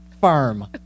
Firm